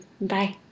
Bye